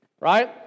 right